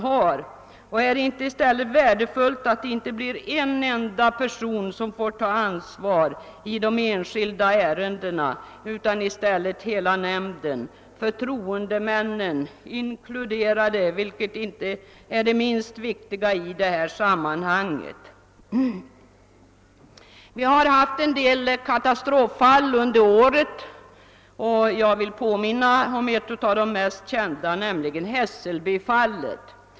Är det inte i stället värdefullt att det inte blir en enda person utan hela nämnden som får ta ansvaret i de enskilda ärendena? Däri inkluderas förtroendemännen, något som är det inte minst viktiga i detta sammanhang. Vi har haft en del katastroffall under årens lopp. Jag vill påminna om ett av de mest kända, nämligen Hässelbyfallet.